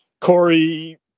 Corey